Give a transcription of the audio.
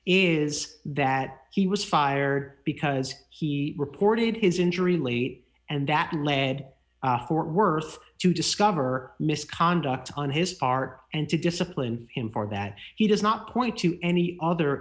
is that he was fired because he reported his injury late and that led fort worth to discover misconduct on his part and to discipline him for that he does not point to any other